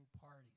parties